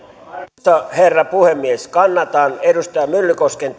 arvoisa herra puhemies kannatan edustaja myllykosken